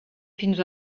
fins